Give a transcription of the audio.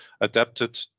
adapted